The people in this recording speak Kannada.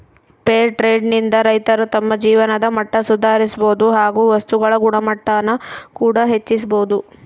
ಫೇರ್ ಟ್ರೆಡ್ ನಿಂದ ರೈತರು ತಮ್ಮ ಜೀವನದ ಮಟ್ಟ ಸುಧಾರಿಸಬೋದು ಹಾಗು ವಸ್ತುಗಳ ಗುಣಮಟ್ಟಾನ ಕೂಡ ಹೆಚ್ಚಿಸ್ಬೋದು